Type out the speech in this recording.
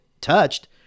touched